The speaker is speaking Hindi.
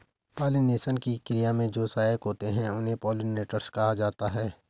पॉलिनेशन की क्रिया में जो सहायक होते हैं उन्हें पोलिनेटर्स कहा जाता है